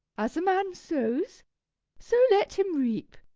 as a man sows so let him reap.